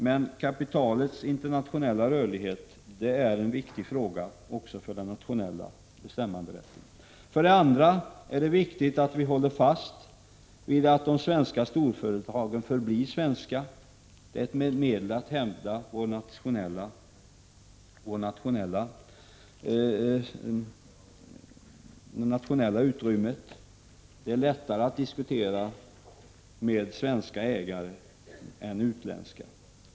Men kapitalets internationella rörlighet är en viktig fråga också för den nationella bestämmanderätten. För det andra är det viktigt att vi håller fast vid att de svenska storföretagen förblir svenska. Det är ett medel att hävda det nationella handlingsutrymmet. Det är lättare att diskutera med svenska ägare än med utländska.